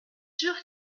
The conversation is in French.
sûr